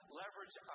leverage